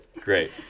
Great